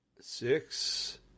Six